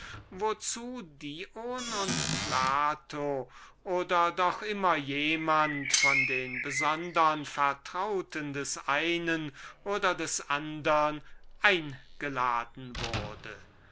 wozu dion und plato selbst oder doch immer jemand von den besondern vertrauten des einen oder des andern eingeladen wurde